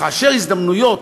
וכאשר הזדמנויות,